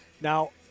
Now